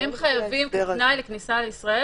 הם חייבים כתנאי לכניסה לישראל,